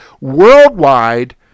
worldwide